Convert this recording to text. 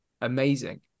amazing